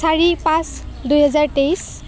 চাৰি পাঁচ দুই হেজাৰ তেইছ